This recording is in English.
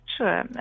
Sure